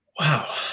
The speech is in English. Wow